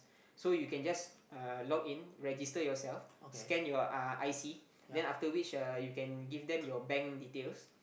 so you can just uh log in register youself scan your uh i_c then after which uh you can give them your bank details